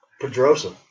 Pedrosa